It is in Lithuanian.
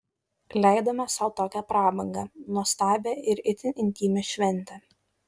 leidome sau tokią prabangą nuostabią ir itin intymią šventę